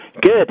Good